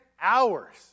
hours